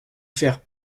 faire